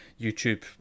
YouTube